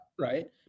right